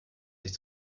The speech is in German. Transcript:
sich